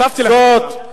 הוספתי לך.